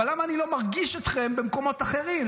אבל למה אני לא מרגיש אתכם במקומות אחרים?